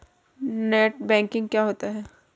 Net banking क्या होता है?